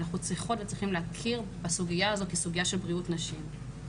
אנחנו צריכים להכיר בסוגיה הזאת כסוגיה של בריאות נשים.